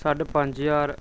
साड्ढे पंज ज्हार